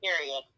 period